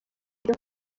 ryo